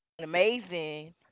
amazing